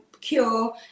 cure